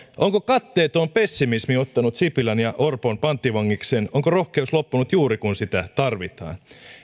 onko katteeton pessimismi ottanut sipilän ja orpon panttivangikseen onko rohkeus loppunut juuri kun sitä tarvitaan